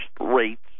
rates